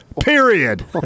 period